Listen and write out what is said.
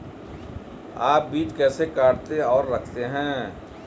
आप बीज कैसे काटते और रखते हैं?